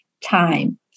time